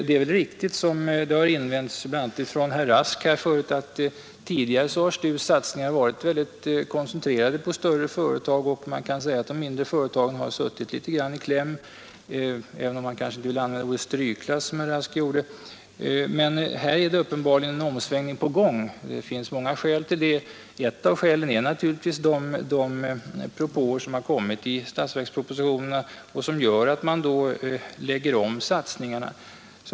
Det är riktigt, som bl.a. herr Rask har invänt, att STU:s satsningar tidigare har varit väldigt koncentrerade till större företag. Man kan säga att de mindre företagen har suttit i kläm, även om jag inte vill använda ordet strykklass som herr Rask gjorde. Här är det emellertid uppenbarligen en omsvängning på gång. Det finns många skäl till den. Ett av skälen är naturligtvis de propåer som har kommit i statsverkspropositionerna och som gör att man lägger om satsningen.